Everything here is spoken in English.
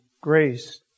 grace